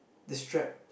the strap